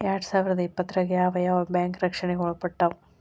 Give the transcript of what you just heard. ಎರ್ಡ್ಸಾವಿರ್ದಾ ಇಪ್ಪತ್ತ್ರಾಗ್ ಯಾವ್ ಯಾವ್ ಬ್ಯಾಂಕ್ ರಕ್ಷ್ಣೆಗ್ ಒಳ್ಪಟ್ಟಾವ?